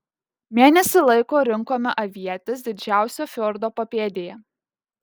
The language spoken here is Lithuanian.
mėnesį laiko rinkome avietes didžiausio fjordo papėdėje